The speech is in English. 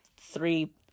three